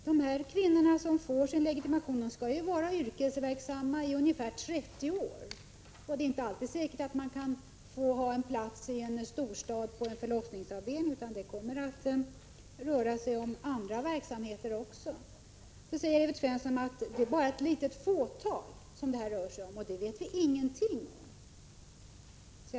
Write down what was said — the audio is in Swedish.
De kvinnor som får sin barnmorskelegitimation skall ju vara yrkesverksamma i ungefär 30 år, och det är inte säkert att de alltid kommer att arbeta på en förlossningsavdelning i en storstad. Dessa kvinnor kommer att arbeta inom andra verksamheter också. Evert Svensson säger att det rör sig om ett fåtal barnmorskor. Men det vet vi ingenting om.